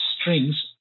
strings